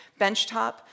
benchtop